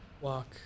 walk